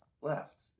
left